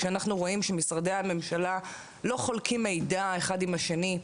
כשאנחנו רואים שמשרדי הממשלה לא חולקים מידע אחד עם השני,